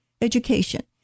education